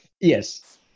Yes